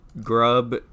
grub